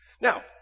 Now